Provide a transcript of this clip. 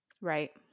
Right